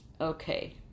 Okay